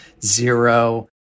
zero